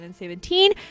2017